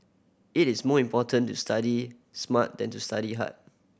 it is more important to study smart than to study hard